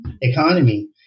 economy